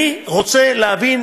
אני רוצה להבין,